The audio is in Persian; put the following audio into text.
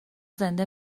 زنده